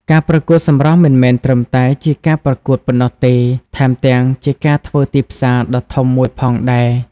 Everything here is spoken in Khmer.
ការប្រកួតសម្រស់មិនមែនត្រឹមតែជាការប្រកួតប៉ុណ្ណោះទេ ថែមទាំងជាការធ្វើទីផ្សារដ៏ធំមួយផងដែរ។